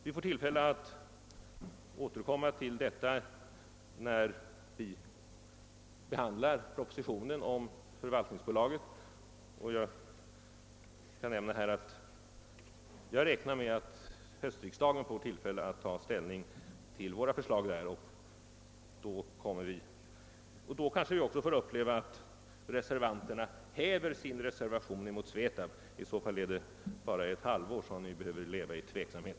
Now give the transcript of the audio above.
Vi får tillfälle att återkomma härtill när vi behandlar propositionen om Förvaltningsbolaget. Jag kan nämna att jag räknar med att höstriksdagen får tillfälle att ta ställning till våra förslag därom. Då kanske vi får uppleva att reservanterna häver sin reservation mot SVETAB — i så fall är det bara ett halvår som ni behöver leva i oro för SVETAB:s verksamhet.